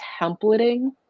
templating